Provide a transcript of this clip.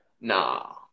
Nah